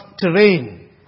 terrain